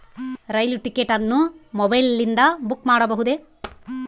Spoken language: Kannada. ರೈಲು ಟಿಕೆಟ್ ಅನ್ನು ಮೊಬೈಲಿಂದ ಬುಕ್ ಮಾಡಬಹುದೆ?